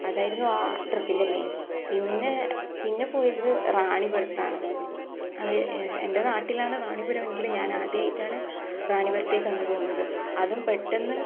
അതായിരുന്നു ആ ട്രിപ്പിന്റെ മെയിന് പിന്നെ പിന്നെ പോയത് റാണിപുരത്താണ് അത് എന്റെ നാട്ടിലാണ് റാണിപുരം എങ്കിലും ഞാൻ ആദ്യമായിട്ടാണ് റാണിപുരത്തേക്ക് അന്ന് പോകുന്നത് അതും പെട്ടെന്ന്